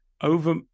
over